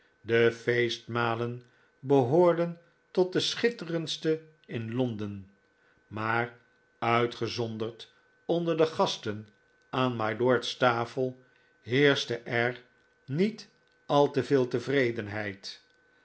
de feestmalen behoorden tot de schitterendste in londen maar uitgezonderd onder de gasten aan mylords tafel heerschte er niet al te veel tevredenh'eid